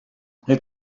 ell